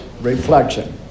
reflection